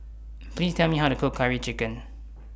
Please Tell Me How to Cook Curry Chicken